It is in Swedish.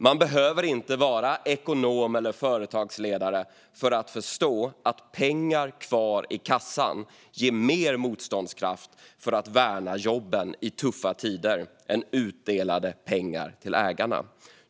Man behöver inte vara ekonom eller företagsledare för att förstå att pengar kvar i kassan ger mer motståndskraft för att värna jobben i tuffa tider än utdelade pengar till ägarna.